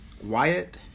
wyatt